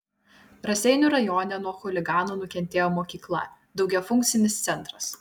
raseinių rajone nuo chuliganų nukentėjo mokykla daugiafunkcinis centras